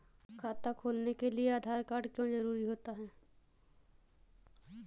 खाता खोलने के लिए आधार कार्ड क्यो जरूरी होता है?